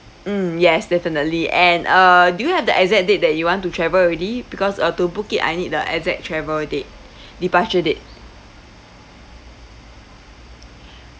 mm yes definitely and uh do you have the exact date that you want to travel already because uh to book it I need the exact travel date departure date